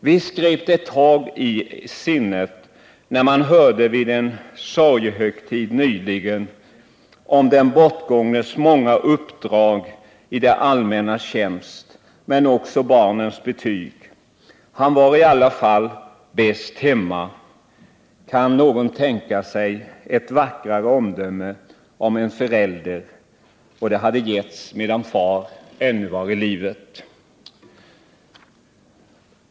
Visst grep det tag i sinnet när man hörde vid en sorgehögtid nyligen om den bortgångnes många uppdrag i det allmännas tjänst men också barnens betyg: Han var i alla fall bäst hemma. Kan någon tänka sig ett vackrare omdöme om en förälder? Det hade givits medan far ännu var i livet.